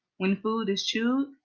when food is chewed,